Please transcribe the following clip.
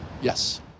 yes